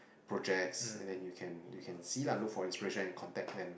projects and then you can you can see lah look for inspiration and contact them